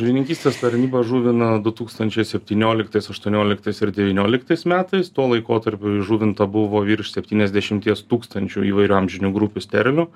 žuvininkystės tarnyba žuvino du tūkstančiai septynioliktais aštuonioliktais ir devynioliktais metais tuo laikotarpiu įžuvinta buvo virš septyniasdešimties tūkstančių įvairių amžinių grupių sterlių